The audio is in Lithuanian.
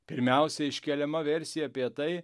pirmiausia iškeliama versija apie tai